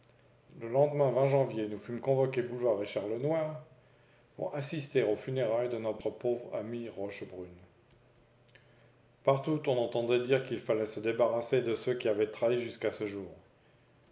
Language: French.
le lendemain janvier nous fûmes convoqués boulevard richard le noir pour assister aux funérailles de notre pauvre ami rochebrune partout on entendait dire qu'il fallait se débarrasser de ceux qui avaient trahi jusqu'à ce jour